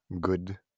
good